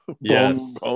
yes